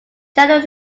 general